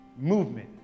movement